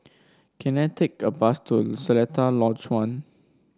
can I take a bus to Seletar Lodge One